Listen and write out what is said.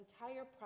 entire